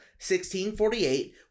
1648